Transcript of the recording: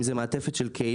אם זו מעטפת של קהילה,